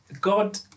God